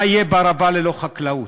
מה יהיה בערבה ללא חקלאות?